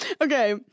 okay